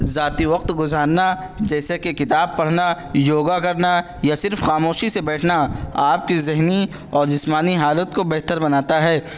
ذاتی وقت گزارنا جیسے کہ کتاب پڑھنا یوگا کرنا یا صرف خاموشی سے بیٹھنا آپ کی ذہنی اور جسمانی حالت کو بہتر بناتا ہے